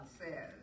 says